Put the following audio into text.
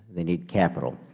they need capital.